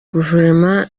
guverinoma